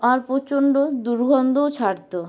আর প্রচণ্ড দুর্গন্ধও ছাড়তো